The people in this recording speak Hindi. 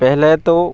पहले तो